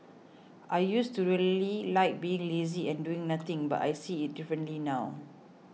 I used to really like being lazy and doing nothing but I see it differently now